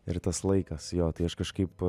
ir tas laikas jo tai aš kažkaip